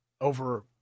over